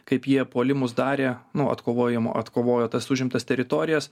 kaip jie puolimus darė nu atkovojimo atkovojo tas užimtas teritorijas